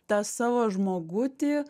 tą savo žmogutį